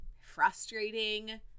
frustrating